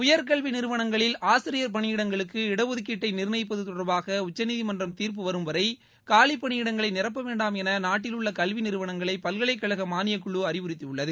உயர்கல்வி நிறுவனங்களில் ஆசிரியர் பணியிடங்களுக்கு இடஒதுக்கீட்டை நிர்ணயிப்பது தொடர்பாக உச்சநீதிமன்ற தீர்ப்பு வரும் வரை காலிப்பணியிடங்களை நிரப்ப வேண்டாம் என நாட்டிலுள்ள கல்வி நிறுவனங்களை பல்கலைக்கழக மானியக் குழு அறிவுறுத்தியுள்ளது